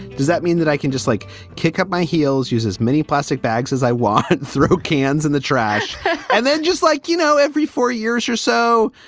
does that mean that i can just like kick up my heels, use as many plastic bags as i want, throw cans in the trash and then just like, you know, every four years or so,